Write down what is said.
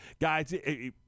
guys